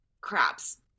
craps